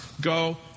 go